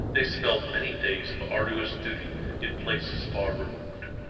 they spelled many days of arduous duty in places far removed.